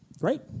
Great